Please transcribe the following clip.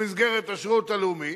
במסגרת השירות הלאומי,